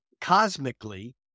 cosmically